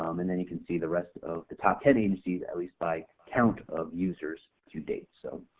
um and then you can see the rest of the top ten agencies at least by count of users to date so.